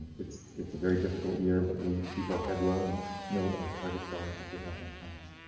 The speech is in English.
it's it's a very difficult year, but we keep our head low and you know what our targets are. as we have in the past.